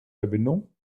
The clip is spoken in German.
verbindung